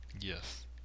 Yes